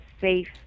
safe